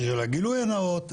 בשביל הגילוי הנאות,